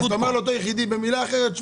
במילה אחרת, אתה אומר לאותו יחיד